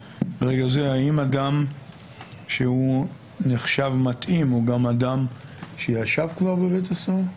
האם אדם שנחשב מתאים הוא גם אדם שישב כבר בבית הסוהר?